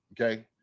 okay